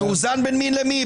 מאוזן בין מי למי?